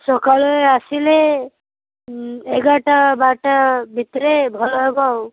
ସକାଳେ ଆସିଲେ ଏଗାରଟା ବାରଟା ଭିତରେ ଆସିଲେ ଭଲ ହେବ ଆଉ